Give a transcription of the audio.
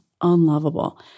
Unlovable